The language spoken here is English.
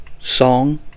Song